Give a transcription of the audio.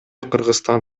кыргызстан